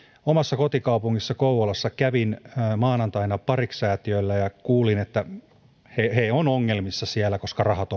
omassa kotikaupungissani kouvolassa kävin maanantaina parik säätiöllä ja kuulin että he ovat ongelmissa siellä koska rahat